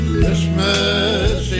Christmas